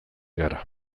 gara